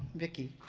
vicki.